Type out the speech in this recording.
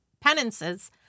penances